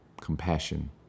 compassion